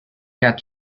get